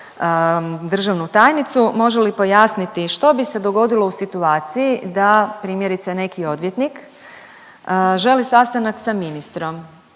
državnu tajnicu. Može li pojasniti što bi se dogodilo u situaciji da primjerice neki odvjetnik želi sastanak sa ministrom,